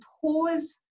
pause